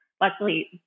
luckily